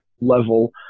level